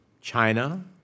China